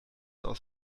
aus